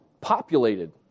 populated